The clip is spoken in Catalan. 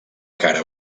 cara